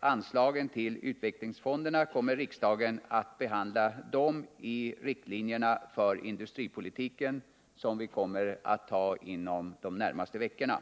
Anslagen till utvecklingsfonderna kommer riksdagen att behandla i samband med behandlingen av riktlinjerna för industripolitiken, vilka vi kommer att fatta beslut om inom de närmaste veckorna.